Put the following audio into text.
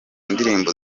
indirimbo